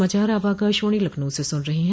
यह समाचार आप आकाशवाणी लखनऊ से सुन रहे हैं